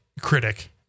critic